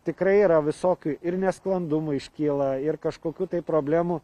tikrai yra visokių ir nesklandumų iškyla ir kažkokių tai problemų